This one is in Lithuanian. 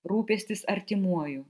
rūpestis artimuoju